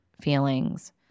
feelings